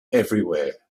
everywhere